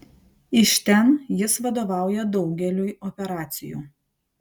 iš ten jis vadovauja daugeliui operacijų